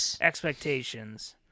expectations